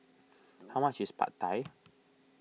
how much is Pad Thai